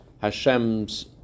Hashem's